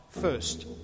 first